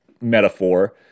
metaphor